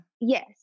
yes